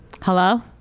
Hello